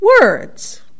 words